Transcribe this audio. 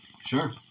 Sure